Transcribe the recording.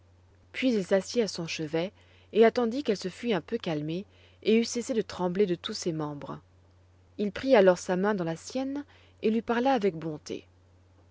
puis il s'assit à son chevet et attendit qu'elle se fût un peu calmée et eût cessé de trembler de tous ses membres il prit alors sa main dans la sienne et lui parla avec bonté